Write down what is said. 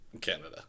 Canada